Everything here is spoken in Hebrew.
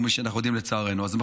כפי שלצערנו אנחנו יודעים.